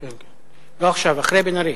לא עכשיו, אחרי בן-ארי.